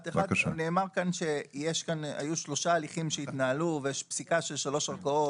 נאמר כאן שהיו שלושה הליכים שהתנהלו ויש פסיקה של שלוש ערכאות,